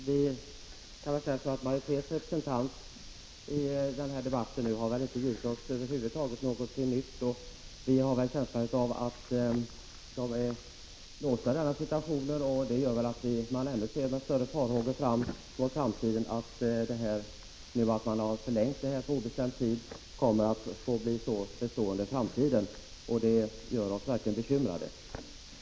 Herr talman! Majoritetens representant i denna debatt har väl över huvud taget inte givit oss något nytt. Jag har en känsla av att majoriteten är låst i den här situationen. Att de nuvarande reglerna förlängs på obestämd tid tyder på att de kommer att bli bestående i framtiden, och det gör oss verkligen bekymrade.